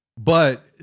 but-